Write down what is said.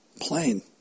plain